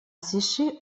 sécher